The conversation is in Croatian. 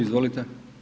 Izvolite.